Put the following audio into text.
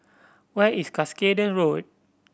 where is Cuscaden Road